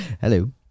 Hello